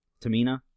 Tamina